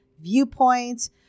viewpoints